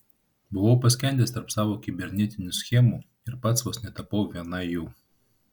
buvau paskendęs tarp savo kibernetinių schemų ir pats vos netapau viena jų